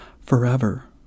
forever